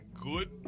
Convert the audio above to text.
good